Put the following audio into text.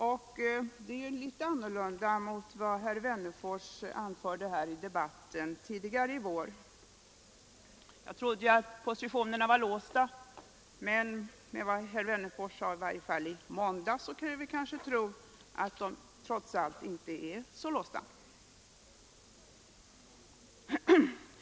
Detta är ju litet annorlunda än vad herr Wennerfors anförde här i debatten tidigare i vår! Jag trodde att positionerna var låsta, men med anledning av vad herr Wennerfors sade i varje fall i måndags kan vi möjligen tro, att de trots allt kanske inte är så hårt låsta.